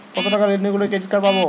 কতটাকা লেনদেন করলে ক্রেডিট কার্ড পাব?